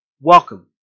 Welcome